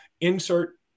Insert